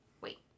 Wait